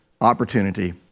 opportunity